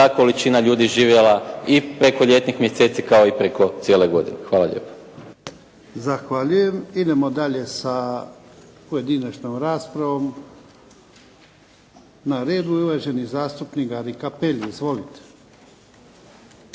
količina ljudi živjela i preko ljetnih mjeseci kao i preko cijele godine. Hvala lijepo. **Jarnjak, Ivan (HDZ)** Zahvaljujem. Idemo dalje sa pojedinačnom raspravom. Na redu je uvaženi zastupnik Gari Cappelli. Izvolite.